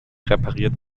repariert